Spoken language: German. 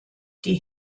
die